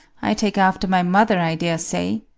i take after my mother, i daresay